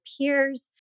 peers